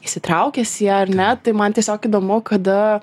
įsitraukęs į ją ar ne tai man tiesiog įdomu kada